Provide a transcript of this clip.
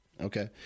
Okay